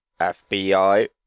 FBI